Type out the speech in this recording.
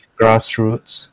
grassroots